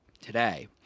today